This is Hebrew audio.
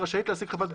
צריך להוסיף.